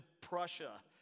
Prussia